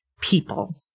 people